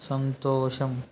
సంతోషం